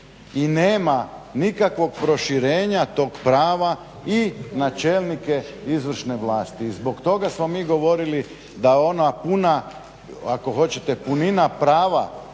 i nema nikakvog proširenja tog prava i na čelnike izvršne vlasti. I zbog toga smo mi govorili da ona puna,